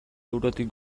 eurotik